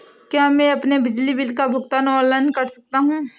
क्या मैं अपने बिजली बिल का भुगतान ऑनलाइन कर सकता हूँ?